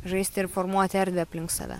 žaisti ir formuoti erdvę aplink save